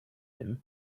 him